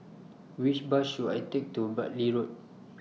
Which Bus should I Take to Bartley Road